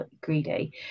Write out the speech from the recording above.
greedy